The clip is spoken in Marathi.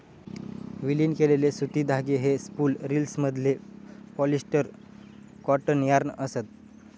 विलीन केलेले सुती धागे हे स्पूल रिल्समधले पॉलिस्टर कॉटन यार्न असत